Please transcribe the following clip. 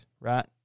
right